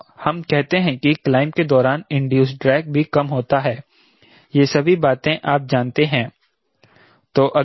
तो हम कहते हैं कि क्लाइंब के दौरान इंड्यूस्ड ड्रैग भी कम होता है ये सभी बातें आप जानते हैं